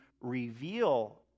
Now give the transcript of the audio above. reveal